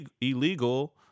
illegal